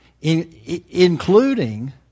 including